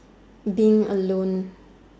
being alone